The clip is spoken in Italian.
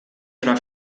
fra